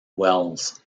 wells